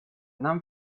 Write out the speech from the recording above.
нам